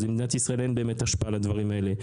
למדינת ישראל אין באמת השפעה על הדברים האלה.